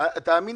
ואתה היית